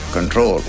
control